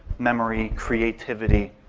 memory, creativity,